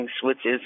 switches